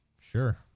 Sure